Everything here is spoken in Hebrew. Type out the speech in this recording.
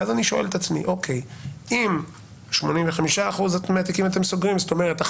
אז אני שואל את עצמי: אם אתם סוגרים 85% מהתיקים זאת אומרת,